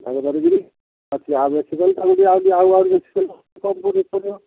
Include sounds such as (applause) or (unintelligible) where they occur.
(unintelligible)